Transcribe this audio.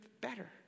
better